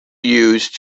used